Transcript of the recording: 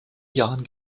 jahren